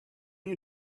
you